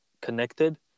connected